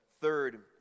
third